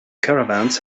caravans